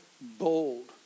bold